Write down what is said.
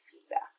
feedback